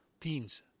teams